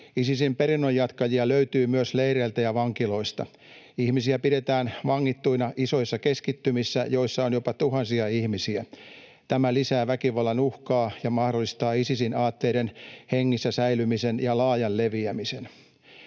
Isisin perinnönjatkajia löytyy myös leireiltä ja vankiloista. Ihmisiä pidetään vangittuina isoissa keskittymissä, joissa on jopa tuhansia ihmisiä. Tämä lisää väkivallan uhkaa ja mahdollistaa Isisin aatteiden hengissä säilymisen ja laajan leviämisen.